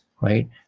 right